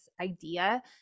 idea